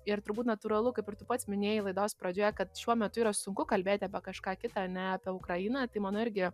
ir turbūt natūralu kaip ir tu pats minėjai laidos pradžioje kad šiuo metu yra sunku kalbėti apie kažką kitą ne apie ukrainą tai mano irgi